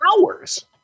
hours